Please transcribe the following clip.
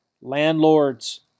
Landlords